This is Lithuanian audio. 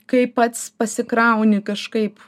kai pats pasikrauni kažkaip